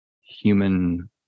human